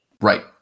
Right